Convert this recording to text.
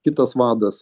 kitas vadas